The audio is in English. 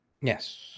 yes